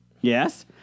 yes